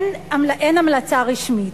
ואין המלצה רשמית.